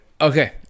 Okay